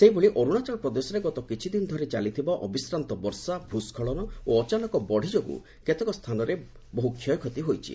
ସେହିଭଳି ଅରୁଣାଚଳ ପ୍ରଦେଶରେ ଗତ କିଛି ଦିନ ଧରି ଚାଲିଥିବା ଅବିଶ୍ରାନ୍ତ ବର୍ଷା ଭୂସ୍କଳନ ଓ ଅଚାନକ ବଢି ଯୋଗୁଁ ଅନେକ ସ୍ଥାନରେ ବହୁ କ୍ଷୟକ୍ଷତି ହୋଇଛି